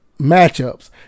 matchups